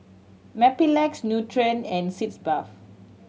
Mepilex Nutren and Sitz Bath